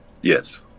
yes